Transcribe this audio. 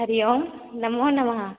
हरिः ओं नमो नमः